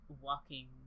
walking